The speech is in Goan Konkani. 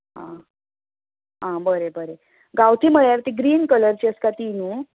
आ आ बरें बरें गांवठी म्हळ्यार तीं ग्रीन कलरचीं आसता तीं न्हू